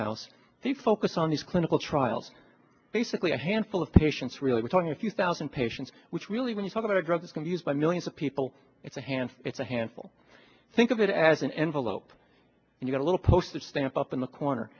house the focus on these clinical trials basically a handful of patients really we're talking a few thousand patients which really when you talk about a drug is going to used by millions of people it's a hand it's a handful think of it as an envelope and you got a little postage stamp up in the corner